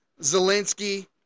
Zelensky